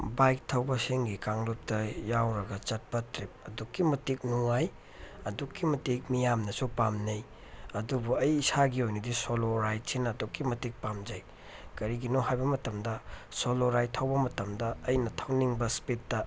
bike ꯊꯧꯕꯁꯤꯡꯒꯤ ꯀꯥꯡꯂꯨꯞꯇ ꯌꯥꯎꯔꯒ ꯆꯠꯄ ꯇ꯭ꯔꯤꯞ ꯑꯗꯨꯛꯀꯤ ꯃꯇꯤꯛ ꯅꯨꯡꯉꯥꯏ ꯑꯗꯨꯛꯀꯤ ꯃꯇꯤꯛ ꯃꯤꯌꯥꯝꯅꯁꯨ ꯄꯥꯝꯅꯩ ꯑꯗꯨꯕꯨ ꯑꯩ ꯏꯁꯥꯒꯤ ꯑꯣꯏꯅꯗꯤ ꯁꯣꯂꯣ ꯔꯥꯏꯠꯁꯤꯅ ꯑꯗꯨꯛꯀꯤ ꯃꯇꯤꯛ ꯄꯥꯝꯖꯩ ꯀꯔꯤꯒꯤꯅꯣ ꯍꯥꯏꯕ ꯃꯇꯝꯗ ꯁꯣꯂꯣ ꯔꯥꯏꯠ ꯊꯧꯕ ꯃꯇꯝꯗ ꯑꯩꯅ ꯊꯧꯅꯤꯡꯕ ꯏꯁꯄꯤꯠꯇ